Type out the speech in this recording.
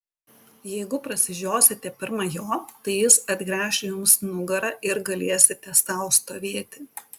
jeigu prasižiosite pirma jo tai jis atgręš jums nugarą ir galėsite sau stovėti